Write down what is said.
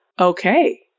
okay